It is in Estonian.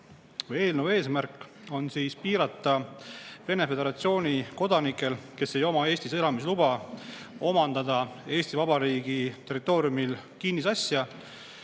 Eelnõu eesmärk on piirata Venemaa Föderatsiooni kodanikel, kes ei oma Eestis elamisluba, omandada Eesti Vabariigi territooriumil kinnisasja.